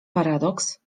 paradoks